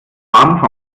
schwarm